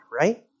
right